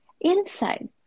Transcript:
inside